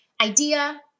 idea